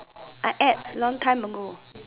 I add long time ago